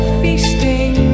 feasting